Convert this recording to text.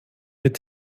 mit